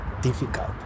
difficult